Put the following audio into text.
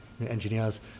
engineers